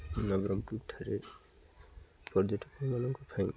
ନବରଙ୍ଗପୁରଠାରେ ପର୍ଯ୍ୟଟକମାନଙ୍କ ପାଇଁ